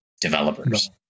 developers